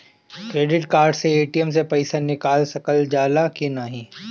Credit card से ATM से पइसा निकाल सकल जाला की नाहीं?